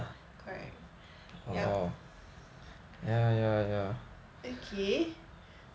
yup okay